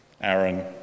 Aaron